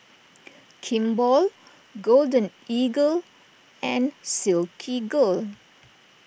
Kimball Golden Eagle and Silkygirl